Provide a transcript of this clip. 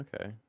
okay